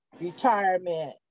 retirement